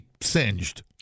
singed